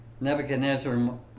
Nebuchadnezzar